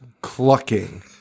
clucking